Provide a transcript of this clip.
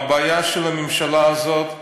הבעיה של הממשלה הזאת,